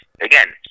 again